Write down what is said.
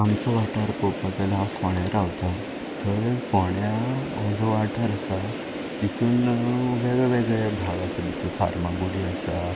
आमचो वाठार पळोवपाक गेल्यार हांव फोड्यां रावतां थंय फोंड्या हो जो वाठार आसा तेतून वेगळे वेगळे भाग आसा भितून फार्मागुडी आसा